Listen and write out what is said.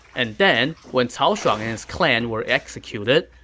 and then, when cao shuang and his clan were executed,